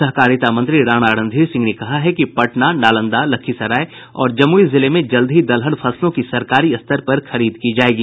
सहकारिता मंत्री राणा रणधीर सिंह ने कहा है कि पटना नालंदा लखीसराय और जमुई जिले में जल्द ही दलहन फसलों की सरकारी स्तर पर खरीद की जायेगी